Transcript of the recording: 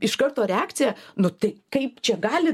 iš karto reakcija nu tai kaip čia gali